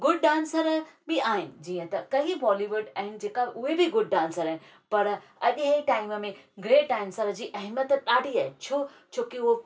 good dancer बि आहिनि जीअं त कईं बॉलीवुड आहिनि जेका उहे बि गुड डांसर आहिनि पर अॼु जे टाइम में ग्रेट डांसर जी अहमियत ॾाढी आहे छो छो की उहे